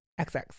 xx